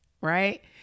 Right